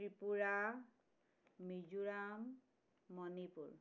Tripura Mizoram Manipur